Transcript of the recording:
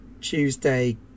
tuesday